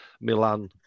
Milan